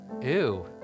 ew